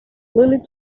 lily